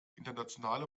internationale